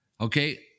okay